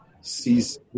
sees